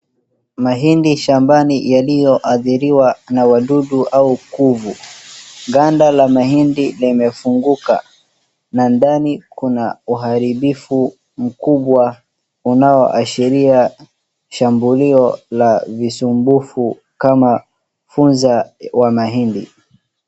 Mahindi shambani yaliyoadhiriwa na wadudu au kuvu. Ganda la mahindi limefunguka na ndani kuna uharibifu mkubwa unaoashiria shambulio la visumbufu kama funza wa mahindi.